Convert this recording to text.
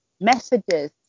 messages